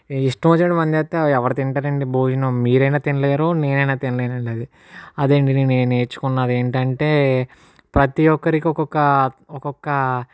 ఇష్టమొచ్చినట్లు వండేస్తే ఎవరు తింటారు అండీ భోజనం మీరైనా తినలేరు నేనైనా తినలేను అండి అది అదండి నేను నేర్చుకున్నది ఏంటి అంటే ప్రతి ఒక్కరికి ఒక్కొక్క ఒక్కొక్క